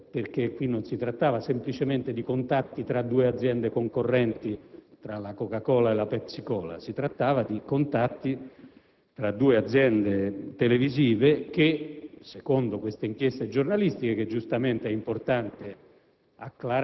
opinione: non si trattava semplicemente di contatti tra due aziende concorrenti, come la Coca Cola e la Pepsi Cola, ma di contatti tra due aziende televisive che, secondo questa inchiesta giornalistica che giustamente è importante